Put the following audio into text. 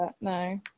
No